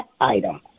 item